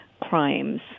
crimes